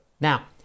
Now